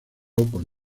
con